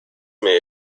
may